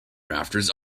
rafters